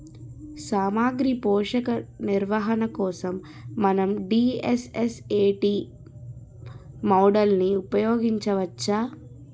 సామాగ్రి పోషక నిర్వహణ కోసం మనం డి.ఎస్.ఎస్.ఎ.టీ మోడల్ని ఉపయోగించవచ్చా?